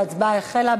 ההצבעה החלה.